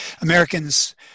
Americans